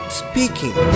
speaking